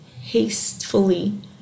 hastefully